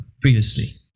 previously